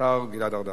השר גלעד ארדן.